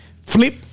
flip